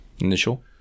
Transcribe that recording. Initial